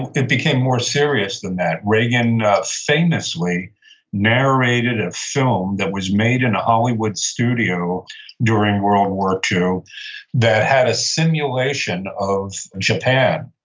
it became more serious than that. reagan famously narrated a film that was made in a hollywood studio during world war ii that had a simulation of japan.